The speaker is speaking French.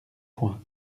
point